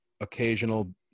occasional